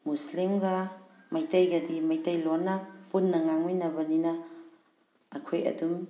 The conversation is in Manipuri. ꯃꯨꯁꯂꯤꯝꯒ ꯃꯩꯇꯩꯒꯗꯤ ꯃꯩꯇꯩꯂꯣꯟꯅ ꯄꯨꯟꯅ ꯉꯥꯡꯃꯤꯟꯅꯕꯅꯤꯅ ꯑꯩꯈꯣꯏ ꯑꯗꯨꯝ